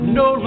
no